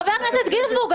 חבר הכנסת גינזבורג,